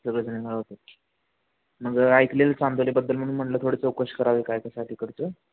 सगळे जण मंग ऐकले आहे चांदलीबद्दल म्हणून म्हटलं थोडं चौकशी करावी काय त्याच्या तिकडचं